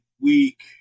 week